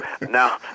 Now